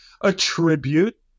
attribute